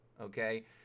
okay